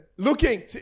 Looking